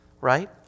right